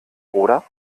oder